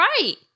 right